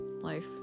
Life